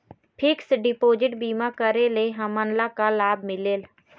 Fix deposit बीमा करे ले हमनला का लाभ मिलेल?